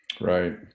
right